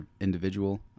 individual